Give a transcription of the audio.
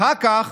אחר כך